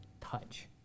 touch